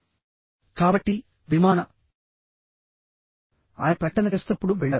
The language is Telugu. కాబట్టి విమాన ఆయన ప్రకటన చేస్తున్నప్పుడు వెళ్ళారు